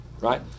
right